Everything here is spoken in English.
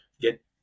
get